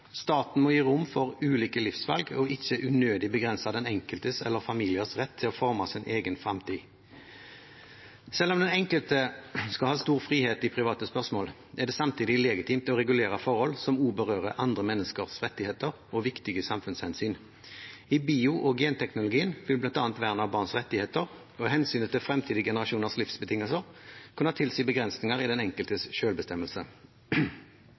Staten må gi rom for ulike livsvalg og ikke unødig begrense den enkeltes eller familiers rett til å forme sin egen fremtid. Selv om den enkelte skal ha stor frihet i private spørsmål, er det legitimt å regulere forhold som berører også andre menneskers rettigheter og viktige samfunnshensyn. I bio- og genteknologien vil bl.a. vern av barns rettigheter og hensynet til fremtidige generasjoners livsbetingelser kunne tilsi begrensninger i den enkeltes